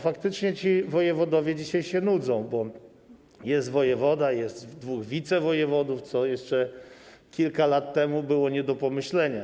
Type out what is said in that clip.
Faktycznie ci wojewodowie dzisiaj się nudzą, bo jest wojewoda, jest dwóch wicewojewodów, co jeszcze kilka lat temu było nie do pomyślenia.